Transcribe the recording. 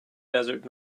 desert